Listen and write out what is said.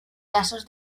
casos